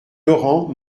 laurent